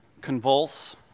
convulse